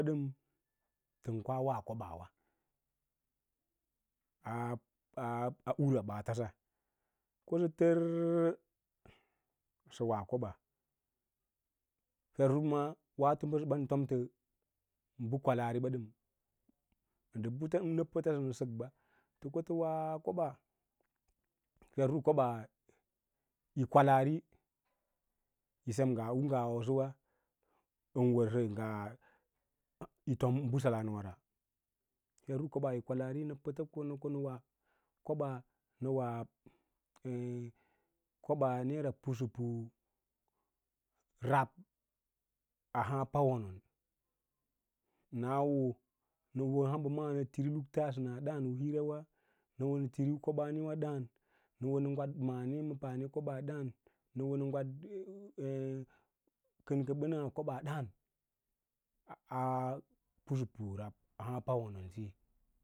Dəm tən koa wa koɓaawa a ura ɓaatasa kosə tərre sə wa kobaa fer usu ma waato bəsəɓa ən tom tə bə kwalariɓa ɗəm ə ndə bə nə rə tasə nə sək ba, tə ko tə wa koɓaa fer usu kobaa yi kwalaari yi sem ngaa u ngawaso ban wərsə ngaa yi fom bəsalan wara fer usu koɓaa yi kwalaari nə pəta ko konə wa ko ɓaa, nə wa koɓaa naira pusapu rab ahaa pawonon naa wo nə woo hamba maa nə liri luktasəna dǎǎn u hirawa nə wo nə tiri u koɓaame dǎǎn nə wonə gwad mane ma paane kob aa dǎǎ nə wo nə gwad kən ka ɓəna koba ɗǎǎ a pusapu rab a hǎǎ pawono, siyi.